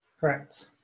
Correct